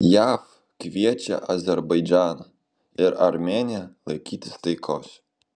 jav kviečia azerbaidžaną ir armėniją laikytis taikos